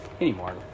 anymore